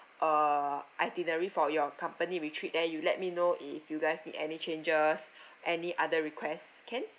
uh itinerary for your company retreat then you let me know if you guys need any changes any other requests can